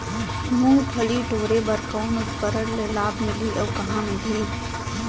मुंगफली टोरे बर कौन उपकरण ले लाभ मिलही अउ कहाँ मिलही?